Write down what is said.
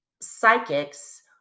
psychics